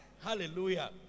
Hallelujah